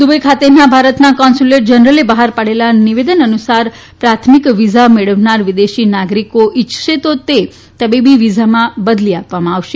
Dubai ખાતેના ભારતના consulate જનરલે બહાર પાડેલા નિવેદન અનુસાર પ્રાથમિક વીઝા મેળવનારા વિદેશી નાગરીકો ઇચ્છશે તો તે તબીબી વિઝામાં બદલી આપવામાં આવશે